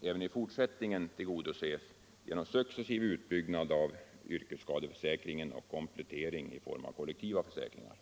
även i fortsättningen tillgodoses genom successiv utbyggnad av yrkesskadeförsäkringen och av komplettering i form av kollektiva försäkringar.